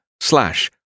slash